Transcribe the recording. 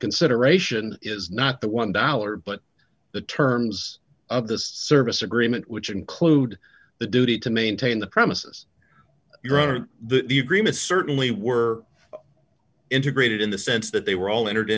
consideration is not the one dollar but the terms of the service agreement which include the duty to maintain the premises your honor the agreements certainly were integrated in the sense that they were all entered